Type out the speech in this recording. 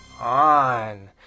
on